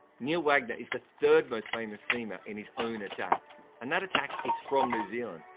neil wagner is the third most famous seamer in his own attack and that attack is from new zealand,